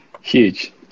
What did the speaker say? Huge